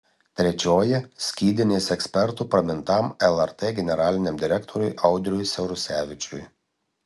trečioji skydinės ekspertu pramintam lrt generaliniam direktoriui audriui siaurusevičiui